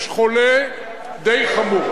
יש חולה די חמור,